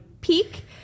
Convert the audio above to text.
peak